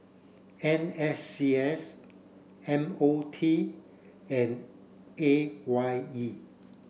N S C S M O T and A Y E